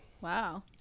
Wow